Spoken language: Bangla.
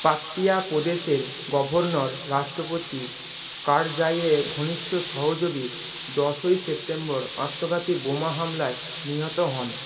পাকতিয়া প্রদেশের গভর্নর রাষ্ট্রপতি কারজাইয়ে ঘনিষ্ঠ সহযোগী দশই সেপ্টেম্বর আত্মঘাতী বোমা হামলায় নিহত হন